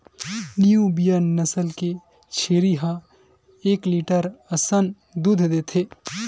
Nubian नसल के छेरी ह एक लीटर असन दूद देथे